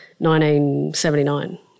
1979